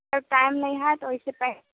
जब टाइम नहि हैत ओहिसँ पै